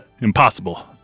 impossible